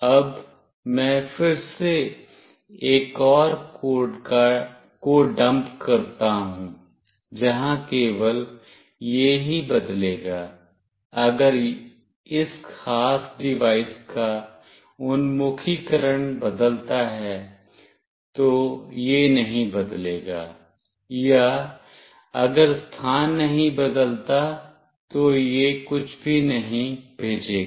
अब मैं फिर से एक और कोड को डंप करता हूं जहां केवल यह ही बदलेगा अगर इस ख़ास डिवाइस का उन्मुखीकरण बदलता है तो यह नहीं बदलेगा या अगर स्थान नहीं बदलता है तो यह कुछ भी नहीं भेजेगा